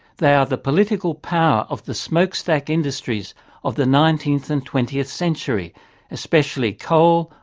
they are the political power of the smokestack industries of the nineteenth and twentieth century especially coal,